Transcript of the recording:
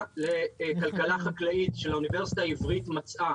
לכלכלה חקלאית של האוניברסיטה העברית מצאה